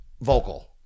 vocal